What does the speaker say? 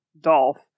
Dolph